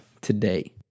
today